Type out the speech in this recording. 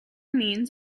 means